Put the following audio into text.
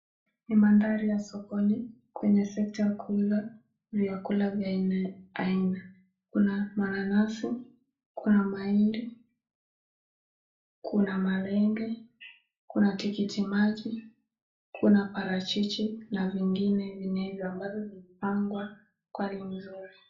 Ni mandhari ya sokoni kwenye sekta ya kuuza vyakula vya aina aina. Kuna mananasi, kuna mahindi, kuna malenge, kuna tikiti maji, kuna parachichi na vingine vinevyo ambavyo vimepangwa kwa hali mzuri.